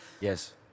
Yes